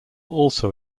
also